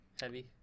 heavy